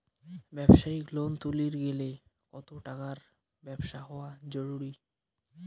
ব্যবসায়িক লোন তুলির গেলে কতো টাকার ব্যবসা হওয়া জরুরি?